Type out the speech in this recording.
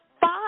five